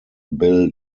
bill